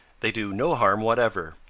they do no harm whatever,